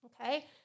okay